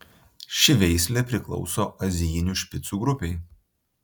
ši veislė priklauso azijinių špicų grupei